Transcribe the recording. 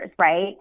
right